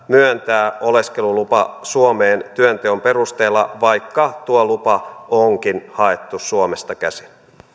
myöntää oleskelulupa suomeen työnteon perusteella vaikka tuo lupa onkin haettu suomesta käsin